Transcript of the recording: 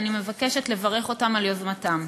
ואני מבקשת לברך אותם על יוזמתם.